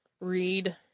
read